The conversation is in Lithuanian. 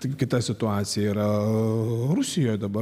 taigi kita situacija yra rusijoje dabar